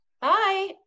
Bye